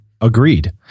Agreed